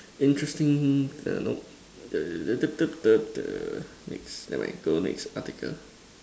interesting err nope the dub dub dub the next never mind go next article